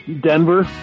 Denver